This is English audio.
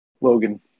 Logan